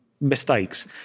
mistakes